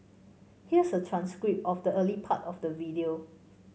here's a transcript of the early part of the video